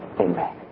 Amen